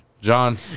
John